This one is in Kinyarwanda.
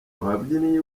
ababyinnyi